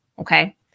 Okay